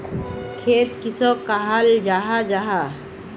खेत किसोक कहाल जाहा जाहा?